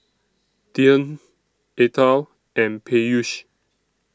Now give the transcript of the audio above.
Dhyan Atal and Peyush